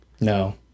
no